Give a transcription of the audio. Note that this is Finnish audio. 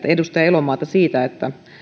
edustaja elomaata siitä että